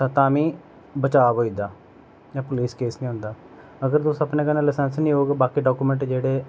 ते तां बी बचा होई जंदा पुलिस केस नी हुंदा अगर तुस अपने कन्नै लसेंस नी होग बाकी डाकूमेंट जेह्ड़े